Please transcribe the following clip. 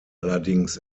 allerdings